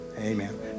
amen